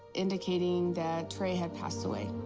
indicating that trey had passed away.